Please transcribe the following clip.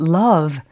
love